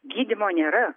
gydymo nėra